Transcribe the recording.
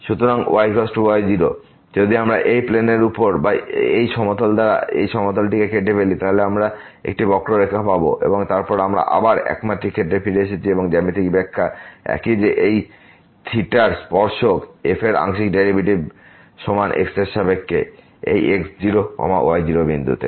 সুতরাং y y0 যদি আমরা এই প্লেনের উপর বা এই সমতল দ্বারা এই সমতলটি কেটে ফেলি তাহলে আমরা একটি বক্ররেখা পাব এবং তারপর আমরা আবার একমাত্রিক ক্ষেত্রে ফিরে এসেছি এবং জ্যামিতিক ব্যাখ্যা একই যে এই থীটার স্পর্শক f এর আংশিক ডেরিভেটিভের সমান x এর সাপেক্ষে এই x0 y0 বিন্দুতে